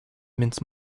mince